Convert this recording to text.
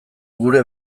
gure